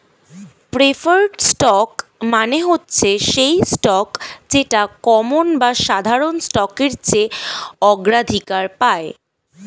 preferred stock মানে হচ্ছে সেই স্টক যেটা কমন বা সাধারণ স্টকের চেয়ে অগ্রাধিকার পায়